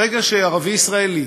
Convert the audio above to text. ברגע שערבי ישראלי